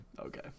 Okay